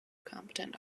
competent